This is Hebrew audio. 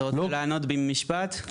את רוצה לענות במשפט?